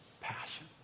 passion